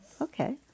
Okay